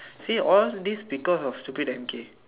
see all this because of stupid M_K